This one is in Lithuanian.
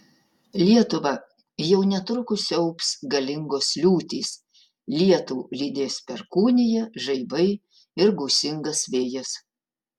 lietuvą jau netrukus siaubs galingos liūtys lietų lydės perkūnija žaibai ir gūsingas vėjas